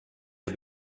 der